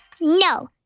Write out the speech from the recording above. No